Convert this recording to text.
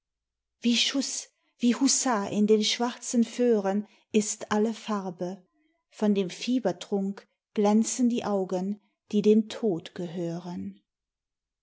wie schuß wie hussah in den schwarzen föhren ist alle farbe von dem fiebertrunk glänzen die augen die dem tod gehören